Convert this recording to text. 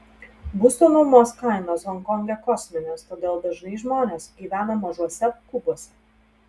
būsto nuomos kainos honkonge kosminės todėl dažnai žmonės gyvena mažuose kubuose